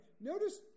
notice